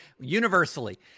Universally